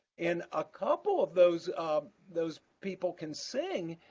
and a couple of those those people can sing.